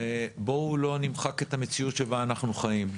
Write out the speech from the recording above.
בואו לא נמחק את המציאות שבה אנחנו חיים.